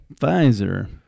Pfizer